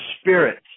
Spirit